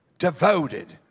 Devoted